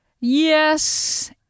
Yes